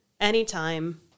anytime